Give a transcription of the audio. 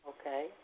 Okay